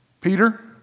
Peter